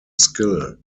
skill